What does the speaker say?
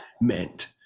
meant